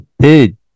Dude